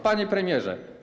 Panie Premierze!